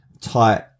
tight